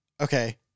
okay